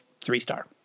three-star